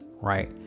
right